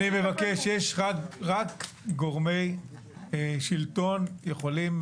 אני מבקש, רק גורמי שלטון יכולים